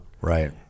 right